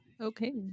okay